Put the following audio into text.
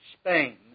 Spain